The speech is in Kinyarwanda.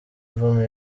vumbi